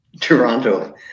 toronto